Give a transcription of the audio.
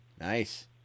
Nice